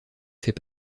fait